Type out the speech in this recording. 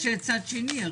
יש צד שני.